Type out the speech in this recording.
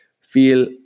feel